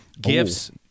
gifts